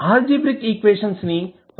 algebraic equations ను పరిష్కరించడం సులభం